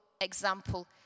example